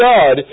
God